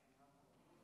בין יום רביעי לחמישי,